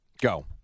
Go